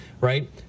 right